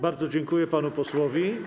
Bardzo dziękuję panu posłowi.